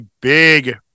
big